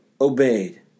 obeyed